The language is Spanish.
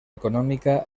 económica